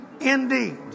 indeed